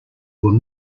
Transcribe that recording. were